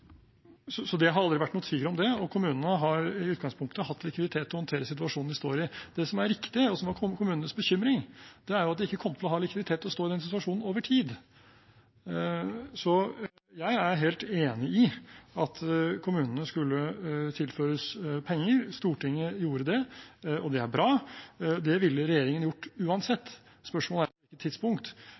Det har aldri vært noen tvil om det. Kommunene har i utgangspunktet hatt likviditet til å håndtere situasjonen de står i. Det som er riktig, og som var kommunenes bekymring, er at de ikke kom til å ha likviditet til å stå i den situasjonen over tid. Jeg er helt enig i at kommunene skulle tilføres penger. Stortinget gjorde det, og det er bra. Det ville regjeringen gjort uansett. Spørsmålet er på hvilket tidspunkt,